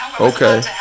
Okay